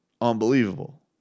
unbelievable